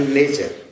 nature